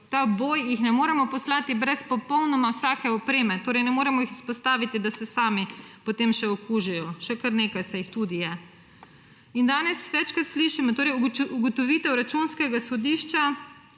ta boj jih ne moremo poslati brez popolnoma vsake opreme, torej ne moremo jih izpostaviti, da se sami potem še okužijo, še kar nekaj se jih tudi je. Torej ugotovitev Računskega sodišča